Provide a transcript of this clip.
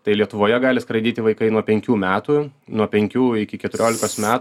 tai lietuvoje gali skraidyti vaikai nuo penkių metų nuo penkių iki keturiolikos met